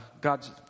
God's